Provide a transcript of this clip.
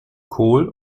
kohl